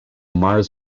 mars